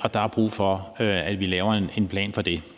og der er brug for, at vi laver en plan for det.